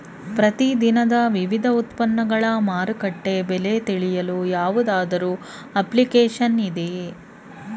ಪ್ರತಿ ದಿನದ ವಿವಿಧ ಉತ್ಪನ್ನಗಳ ಮಾರುಕಟ್ಟೆ ಬೆಲೆ ತಿಳಿಯಲು ಯಾವುದಾದರು ಅಪ್ಲಿಕೇಶನ್ ಇದೆಯೇ?